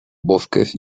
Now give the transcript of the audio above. bosques